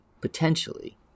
potentially